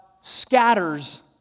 scatters